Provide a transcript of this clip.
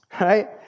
right